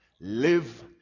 live